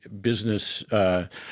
business